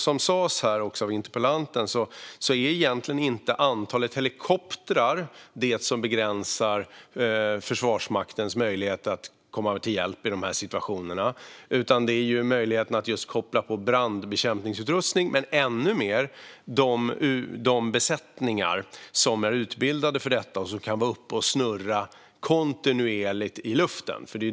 Som sas av interpellanten är antalet helikoptrar egentligen inte det som begränsar Försvarsmaktens möjlighet att komma till hjälp i dessa situationer, utan det är möjligheten att koppla på brandbekämpningsutrustning och - ännu mer - de besättningar som är utbildade för detta och som kan vara uppe och snurra kontinuerligt i luften.